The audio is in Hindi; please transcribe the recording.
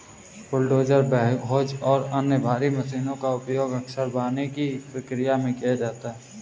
बुलडोजर बैकहोज और अन्य भारी मशीनों का उपयोग अक्सर वानिकी प्रक्रिया में किया जाता है